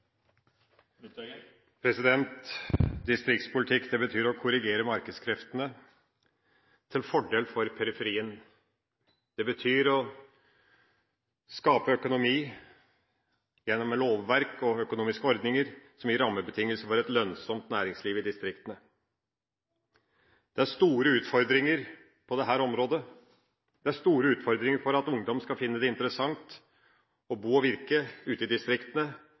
Distriktspolitikk betyr å korrigere markedskreftene til fordel for periferien. Det betyr å skape økonomi gjennom lovverk og økonomiske ordninger som gir rammebetingelser for et lønnsomt næringsliv i distriktene. Det er store utfordringer på dette området. Det er store utfordringer med at ungdom skal finne det interessant å bo og virke ute i distriktene.